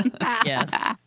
Yes